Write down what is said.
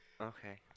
Okay